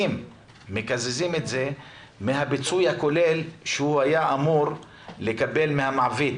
ואותן מקזזים מהפיצוי הכולל שהוא היה אמור לקבל מן המעביד.